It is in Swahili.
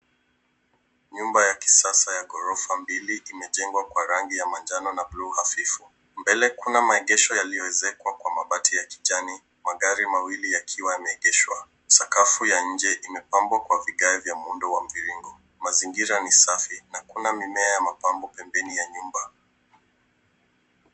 Nyumba ya kisasa ya ghorofa mbili imejenga kwa rangi ya manjano na buluu hafifu. Mbele kuna maegesho yaliyoezekwa kwa mabati ya kijani, magari mawili yakiwa yameegeshwa, sakafu ya nje imepambwa kwa vigae ya muundo wa mviringo. Mazingira ni kuna mimea ya mapambo pembeni ya nyumba.